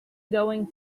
going